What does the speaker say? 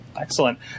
Excellent